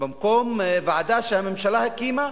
במקום ועדה שהממשלה הקימה,